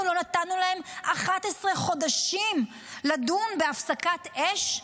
אנחנו לא נתנו להם 11 חודשים לדון בהפסקת אש?